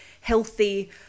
healthy